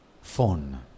phone